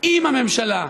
עם הממשלה,